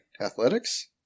athletics